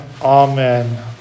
Amen